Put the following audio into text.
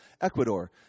Ecuador